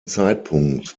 zeitpunkt